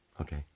Okay